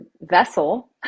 vessel